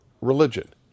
religion